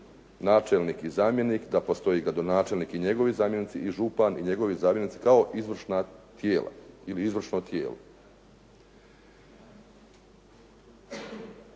načelnik i zamjenik, da postoji gradonačelnik i njegovi zamjenici i župan i njegovi zamjenici kao izvršna tijela ili izvršno tijelo.